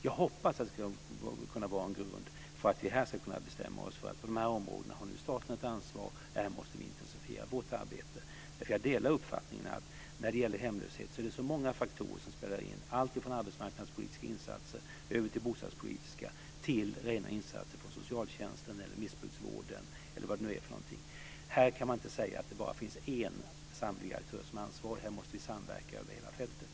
Jag hoppas att detta ska kunna vara en grund för att vi här ska kunna bestämma oss för att staten nu har ett ansvar på de här områdena och att vi måste intensifiera vårt arbete. Jag delar nämligen uppfattningen att det är många faktorer som spelar in när det gäller hemlöshet - allt ifrån arbetsmarknadspolitiska insatser över bostadspolitiska till rena insatser från socialtjänsten, missbrukarvården eller vad det nu kan vara för någonting. Här kan man inte säga att det bara finns en samhällelig aktör som är ansvarig, utan här måste vi samverka över hela fältet.